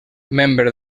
membre